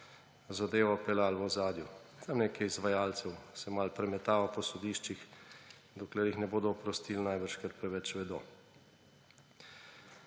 zadevo peljali v ozadju. Nekaj izvajalcev se malo premetava po sodiščih, dokler jih najbrž ne bodo oprostili, ker preveč vedo.